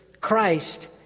Christ